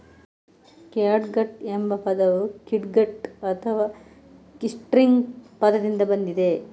catgut ಎಂಬ ಪದವು kitgut ಅಥವಾ ಕಿಟ್ಸ್ಟ್ರಿಂಗ್ ಪದದಿಂದ ಬಂದಿದೆ